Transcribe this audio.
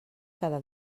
cada